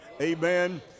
Amen